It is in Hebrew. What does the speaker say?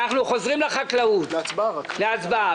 חוזרים לחקלאות להצבעה.